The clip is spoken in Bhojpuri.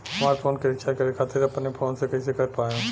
हमार फोन के रीचार्ज करे खातिर अपने फोन से कैसे कर पाएम?